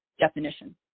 definition